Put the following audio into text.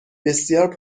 بسیار